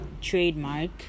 trademark